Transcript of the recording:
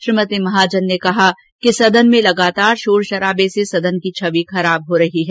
श्रीमती महाजन ने कहा कि सदन में लगातार शोर शराबे से सदन की छवि खराब हो रही है